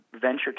venture